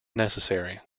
necessary